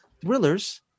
thrillers